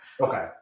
Okay